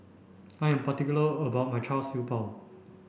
I am particular about my Char Siew Bao